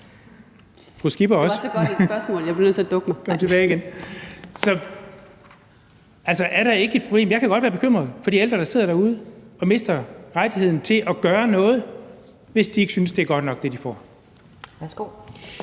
Det var så godt et spørgsmål, at jeg blev nødt til at dukke mig). Nå, hun er tilbage igen. Så er der ikke et problem? Jeg kan godt være bekymret for de ældre, der sidder derude og mister retten til at gøre noget, hvis de ikke synes, at det, de får,